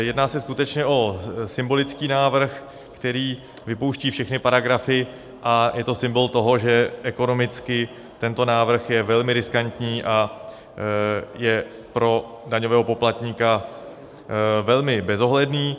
Jedná se skutečně o symbolický návrh, který vypouští všechny paragrafy, a je to symbol toho, že ekonomicky je tento návrh velmi riskantní a je pro daňového poplatníka velmi bezohledný.